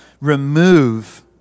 remove